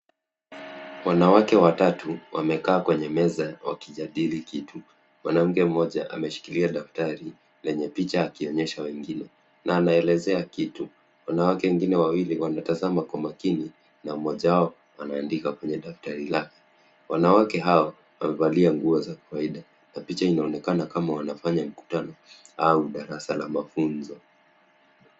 Wanawake watatu wamekaa kwenye meza wakijadili kitu. Mwanamke mmoja ameshikilia daftari lenye picha akionyesha wengine na anaelezea kitu. Wanawake wengine wawili wametazama kwa makini na mmoja wao anaandika kwenye daftari lake. Wanawake hawa wamevalia nguo za kawaida na picha inaonekana ni kama wanafanya mkutano au darasa la mafunzo.